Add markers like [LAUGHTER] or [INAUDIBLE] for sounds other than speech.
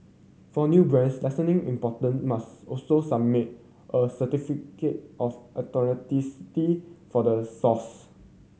for new brands [UNINTELLIGIBLE] important must also submit a certificate of authenticity for the source